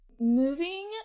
moving